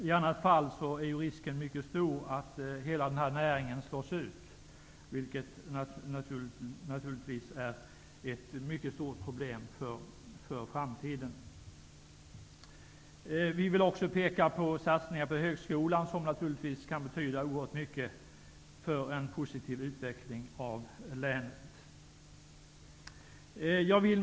I annat fall är risken mycket stor att hela denna näring slås ut, vilket naturligtvis vore ett mycket stort problem för framtiden. Vi vill också peka på att satsningar på högskolan kan betyda mycket för en positiv utveckling av länet. Herr talman!